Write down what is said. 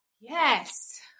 Yes